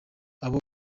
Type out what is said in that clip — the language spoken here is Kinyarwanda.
abo